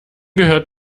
gehört